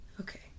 Okay